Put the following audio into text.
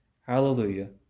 Hallelujah